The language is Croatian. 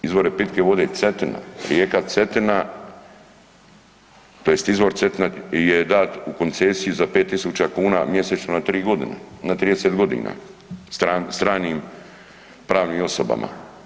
Izvore pitke vode, Cetina, rijeka Cetina tj. izvor Cetine je dat u koncesiju za 5.000 kuna mjesečno na 3 godine, na 30 godina, stranim pravnim osobama.